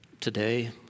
today